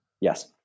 Yes